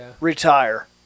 Retire